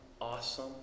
awesome